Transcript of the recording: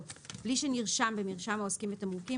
בלי שנרשם במרשם העוסקים בתמרוקים,